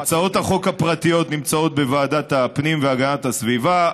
הצעות החוק הפרטיות נמצאות בוועדת הפנים והגנת הסביבה.